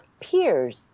peers